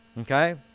Okay